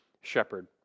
shepherd